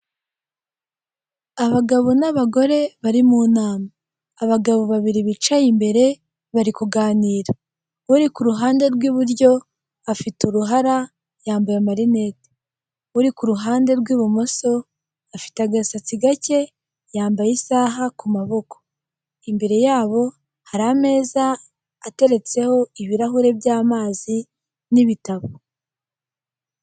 Abagabo n'abagore bari mu nama, abagabo babiri bicaye imbere bari kuganira uri ku ruhande rw'iburyo afite uruhara yambaye amarinete, uri ku ruhande rw'ibumoso afite agasatsi gake yambaye isaha ku maboko, imbere yabo hari ameza ateretseho ibirahuri by'amazi n'ibitabo.